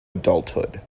adulthood